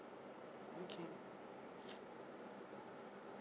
okay